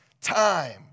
time